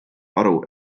aru